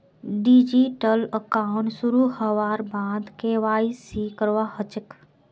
digital account शुरू हबार बाद के.वाई.सी करवा ह छेक